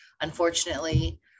unfortunately